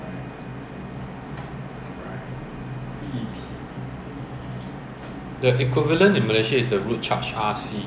ya they need us to spend so they won't give us discount to spend but they don't need our labour